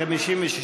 1 לא נתקבלה.